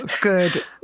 good